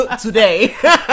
Today